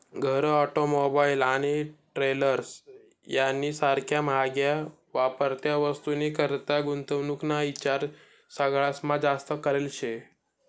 घर, ऑटोमोबाईल आणि ट्रेलर्स यानी सारख्या म्हाग्या वापरत्या वस्तूनीकरता गुंतवणूक ना ईचार सगळास्मा जास्त करेल शे